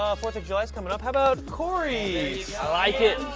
ah fourth of july is coming up about cory's? i like it.